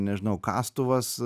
nežinau kastuvas